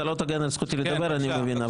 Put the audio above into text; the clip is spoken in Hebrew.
אתה לא תגן על זכותי לדבר אני מבין.